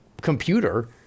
computer